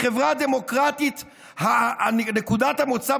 בחברה דמוקרטית נקודת המוצא,